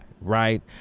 right